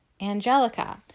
angelica